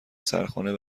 سرخانه